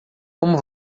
como